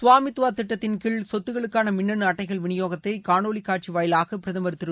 சுவாமித்வா திட்டத்தின் கீழ் சொத்துக்களுக்கான மின்னனு அட்டைகள் விநியோகத்தை காணொலிக் காட்சி வாயிலாக பிரதமர் திரு